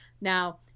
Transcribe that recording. now